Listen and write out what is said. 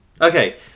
Okay